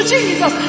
Jesus